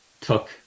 took